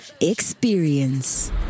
experience